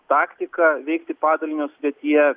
taktika veikti padalinio sudėtyje